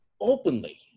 openly